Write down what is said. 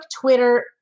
Twitter